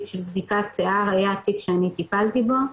של בדיקת שיער היה תיק שאני טיפלתי בו,